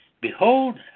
Behold